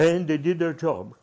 and they did their job